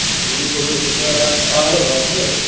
মাজুলীত হ'লে অ' হেল্ল' হয় শুনি আছোঁ